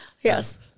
Yes